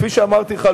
וכפי שאמרתי לך,